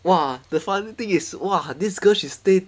!wah! the funny thing is !wah! this girl she stay